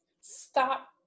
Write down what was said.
Stop